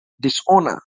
dishonor